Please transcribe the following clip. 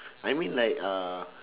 I mean like uh